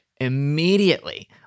Immediately